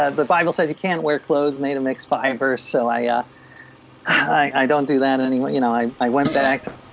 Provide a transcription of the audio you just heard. ah the bible says you can't wear clothes made of mixed fibers so i yeah i don't do that and anymore, you know i i went back.